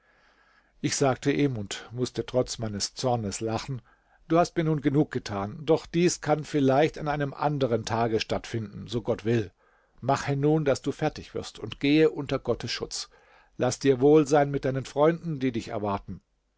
ich sagte ihm und mußte trotz meines zornes lachen du hast mir nun genug getan doch dies kann vielleicht an einem anderen tage stattfinden so gott will mache nun daß du fertig wirst und gehe unter gottes schutz laß dir wohl sein mit deinen freunden die dich erwarten